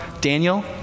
Daniel